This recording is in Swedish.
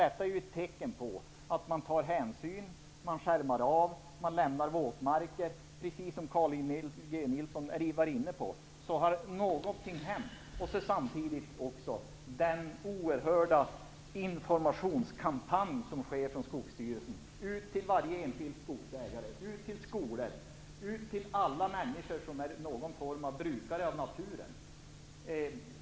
Det är ett tecken på att man tar hänsyn. Man skärmar av och lämnar våtmarker, precis som Carl G Nilsson var inne på. Någonting har hänt. Samtidigt kommer det en oerhörd informationskampanj från Skogsvårdsstyrelsen. Man når ut till varje enskild skogsägare, ut till skolor och ut till alla människor som i någon form brukar naturen.